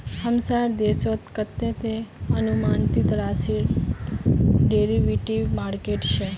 हमसार देशत कतते अनुमानित राशिर डेरिवेटिव मार्केट छ